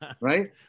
right